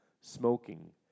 smoking